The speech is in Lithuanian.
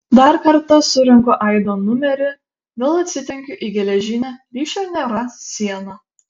dar kartą surenku aido numerį vėl atsitrenkiu į geležinę ryšio nėra sieną